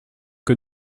que